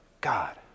God